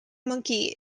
monkey